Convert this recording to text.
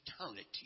eternity